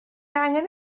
angen